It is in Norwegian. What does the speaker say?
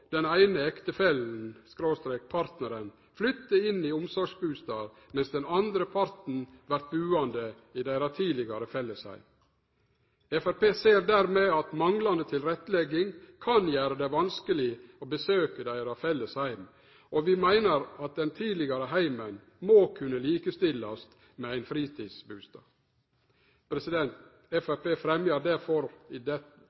den eine ektefellen eller partnaren flytte inn i omsorgsbustad, mens den andre parten vert buande i deira tidlegare felles heim. Framstegspartiet ser dermed at manglande tilrettelegging kan gjere det vanskeleg å besøke deira felles heim. Vi meiner at den tidlegare heimen må kunne likestillast med ein fritidsbustad. Framstegspartiet fremjer derfor eit eige forslag om dette i